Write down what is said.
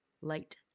Light